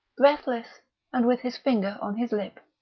breathless and with his finger on his lip.